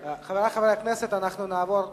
חברי חברי הכנסת, נעבור להצבעה.